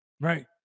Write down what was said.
right